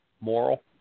moral